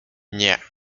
nie